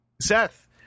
seth